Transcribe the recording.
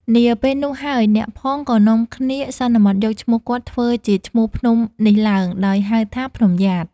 នាពេលនោះហើយអ្នកផងក៏នាំគ្នាសន្មត់យកឈ្មោះគាត់ធ្វើជាឈ្មោះភ្នំនេះឡើង ដោយហៅថា ភ្នំយ៉ាត។